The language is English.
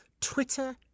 Twitter